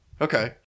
Okay